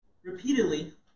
Repeatedly